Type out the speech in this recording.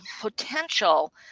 potential